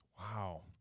Wow